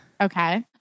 Okay